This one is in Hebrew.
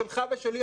שלך ושלי,